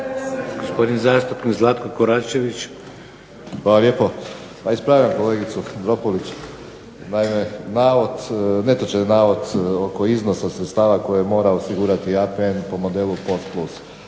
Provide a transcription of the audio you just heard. **Koračević, Zlatko (HNS)** Hvala lijepo. Pa ispravljam kolegicu Dropulić. Naime, navod, netočan je navod oko iznosa sredstava koje mora osigurati APN po modelu POS